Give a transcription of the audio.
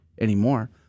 anymore